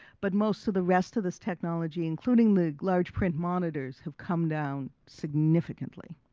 but most of the rest of this technology including the large print monitors have come down significantly.